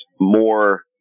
more